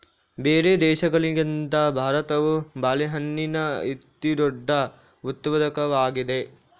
ಬೇರೆ ದೇಶಗಳಿಗಿಂತ ಭಾರತವು ಬಾಳೆಹಣ್ಣಿನ ಅತಿದೊಡ್ಡ ಉತ್ಪಾದಕವಾಗಿದೆ